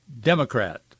Democrat